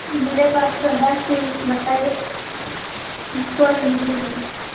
میرے پاس تو ہے سیم بتائیے کون لیجیے گا